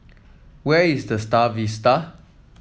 where is The Star Vista